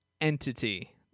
entity